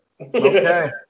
Okay